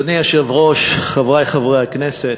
אדוני היושב-ראש, חברי חברי הכנסת,